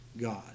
god